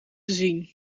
gezien